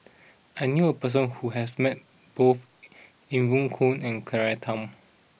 I knew a person who has met both Evon Kow and Claire Tham